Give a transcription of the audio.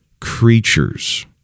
creatures